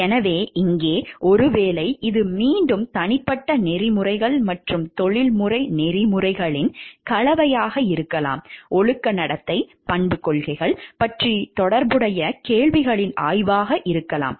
எனவே இங்கே ஒருவேளை இது மீண்டும் தனிப்பட்ட நெறிமுறைகள் மற்றும் தொழில்முறை நெறிமுறைகளின் கலவையாக இருக்கலாம் ஒழுக்க நடத்தை பண்புக் கொள்கைகள் பற்றிய தொடர்புடைய கேள்விகளின் ஆய்வாக இருக்கலாம்